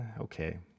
okay